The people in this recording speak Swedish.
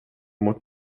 mot